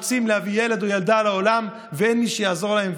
רוצים להביא ילד או ילדה לעולם ואין מי שיעזור להם,